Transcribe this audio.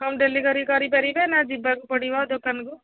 home delivery କରିପାରିବେ ନା ଯିବାକୁ ପଡ଼ିବ ଦୋକାନକୁ